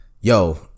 yo